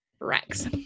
rex